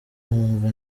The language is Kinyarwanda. numva